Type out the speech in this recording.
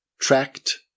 Tract